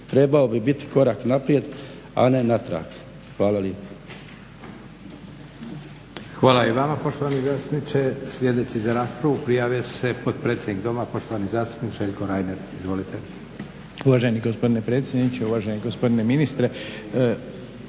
trebao bi biti korak naprijed a ne natrag. Hvala lijepo. **Leko, Josip (SDP)** Hvala i vama poštovani zastupniče. Sljedeći za raspravu prijavio se potpredsjednik Doma poštovani zastupnik Željko Reiner. Izvolite. **Reiner, Željko (HDZ)** Uvaženi gospodine potpredsjedniče, uvaženi gospodine ministre.